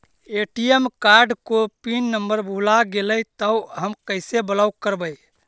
ATM card को pin number भुला गैले तौ हम कैसे ब्लॉक करवै?